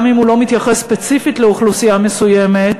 גם אם הוא לא מתייחס ספציפית לאוכלוסייה מסוימת,